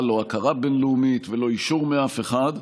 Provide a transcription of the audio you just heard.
לא הכרה בין-לאומית ולא אישור מאף אחד.